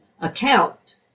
account